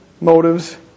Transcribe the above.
motives